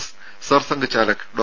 S Sarsanghchalak Dr